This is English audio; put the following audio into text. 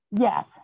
yes